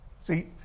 See